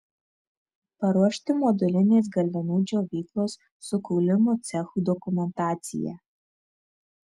paruošti modulinės galvenų džiovyklos su kūlimo cechu dokumentaciją